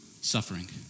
suffering